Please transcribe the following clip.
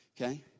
okay